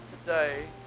today